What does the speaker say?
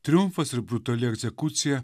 triumfas ir brutali egzekucija